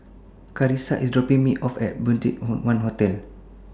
Karissa IS dropping Me off At BudgetOne Hotel